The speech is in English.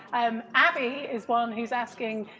um, abbey is one who's asking,